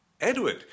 Edward